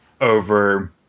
over